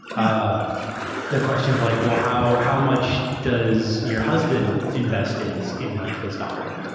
ah the question of like well how how much does your husband invest in this. in like his daughter